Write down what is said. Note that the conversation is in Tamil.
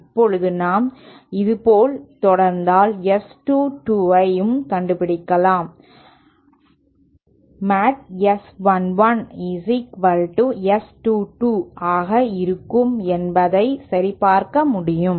இப்போது நாம் இதேபோல் தொடர்ந்தால் S 2 2 ஐயும் கண்டுபிடிக்கலாம் மோட் S 1 1 S 2 2 ஆக இருக்கும் என்பதை சரிபார்க்க முடியும்